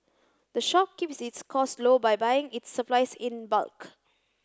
the shop keeps its costs low by buying its supplies in bulk